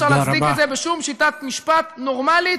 אי-אפשר להצדיק את זה בשום שיטת משפט נורמלית,